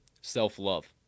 self-love